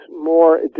more